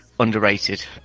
Underrated